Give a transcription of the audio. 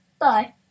bye